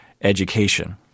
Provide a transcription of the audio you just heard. education